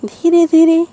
ଧୀରେ ଧୀରେ